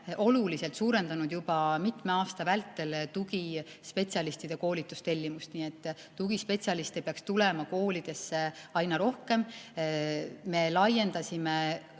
oluliselt suurendanud juba mitme aasta vältel tugispetsialistide koolituse tellimust. Tugispetsialiste peaks tulema koolidesse aina rohkem. Me laiendasime